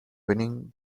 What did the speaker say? winning